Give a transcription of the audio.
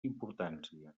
importància